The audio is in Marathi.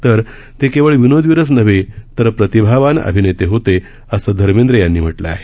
तर त केवळ विनोदवीरच नव्हे कर प्रतिभावान अभिनेते होते असं धर्मेंद्र यांनी म्हटलं आहे